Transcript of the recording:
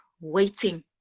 waiting